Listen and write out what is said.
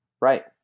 Right